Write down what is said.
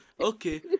okay